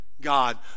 god